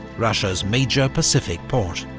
russia's major pacific port.